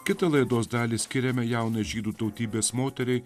kita laidos dalį skiriame jaunai žydų tautybės moteriai